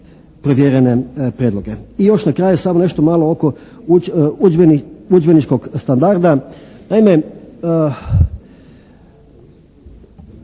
provjerene prijedloge. I još na kraju samo nešto malo oko udžbeničkog standarda.